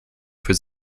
für